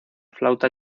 flauta